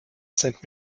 sind